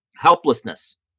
helplessness